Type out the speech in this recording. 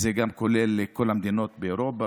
זה גם כולל את כל המדינות באירופה,